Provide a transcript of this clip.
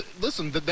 listen